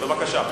בבקשה.